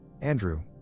Andrew